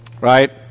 right